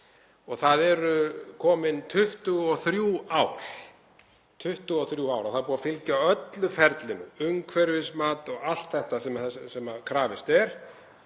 og það eru komin 23 ár. Það er búið að fylgja öllu ferlinu, umhverfismat og allt þetta sem krafist er